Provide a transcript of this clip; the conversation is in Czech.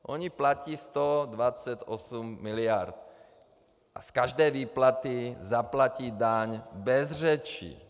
Oni platí 128 mld. a z každé výplaty zaplatí daň bez řečí.